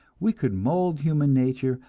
we could mold human nature,